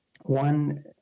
One